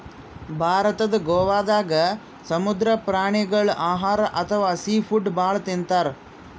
ಭಾರತದ್ ಗೋವಾದಾಗ್ ಸಮುದ್ರ ಪ್ರಾಣಿಗೋಳ್ ಆಹಾರ್ ಅಥವಾ ಸೀ ಫುಡ್ ಭಾಳ್ ತಿಂತಾರ್